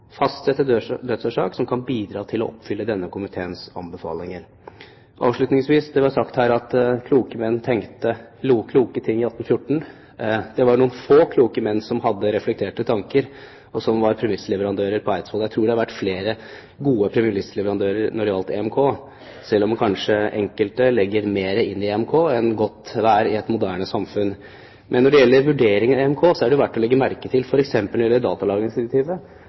fastsette dødsårsak og vil bidra til å oppfylle denne komiteens anbefalinger. Avslutningsvis: Det ble sagt her at kloke menn tenkte kloke ting i 1814. Det var noen få kloke menn som hadde reflekterte tanker, og som var premissleverandører på Eidsvoll. Jeg tror det har vært flere gode premissleverandører for EMK, selv om enkelte kanskje legger mer inn i EMK enn godt er i et moderne samfunn. Når det gjelder vurderinger av EMK, er det verdt å legge merke til at når det gjelder f.eks. datalagringsdirektivet,